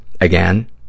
Again